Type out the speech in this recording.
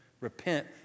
Repent